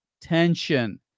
tension